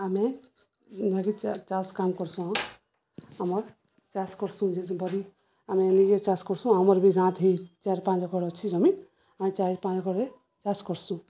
ଆମେ ଯାହାକି ଚାଷ କାମ କର୍ସୁଁ ଆ ଆମର୍ ଚାଷ କର୍ସୁଁ ଯେରି ଆମେ ନିଜେ ଚାଷ କର୍ସୁଁ ଆମର୍ ବି ଗାଁଥି ହେଇ ଚାରି ପାଞ୍ଚ ଏକର ଅଛି ଜମି ଆମେ ଚାରି ପାଞ୍ଚ ଏକକେରେ ଚାଷ କରସୁଁ